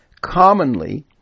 Commonly